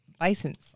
license